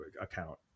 account